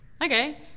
Okay